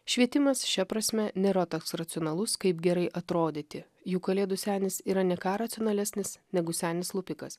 švietimas šia prasme nėra toks racionalus kaip gerai atrodyti juk kalėdų senis yra ne ką racionalesnis negu senis lupikas